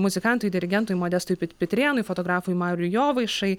muzikantui dirigentui modestui pit pitrėnui fotografui mariui jovaišai